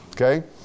okay